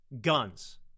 guns